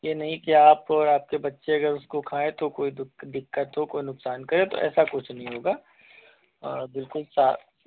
ये नहीं कि आप और आपके बच्चे अगर उसको खाए तो कोई दिक दिक्कत हो कोई नुकसान करे तो ऐसा कुछ नही होगा बिल्कुल साफ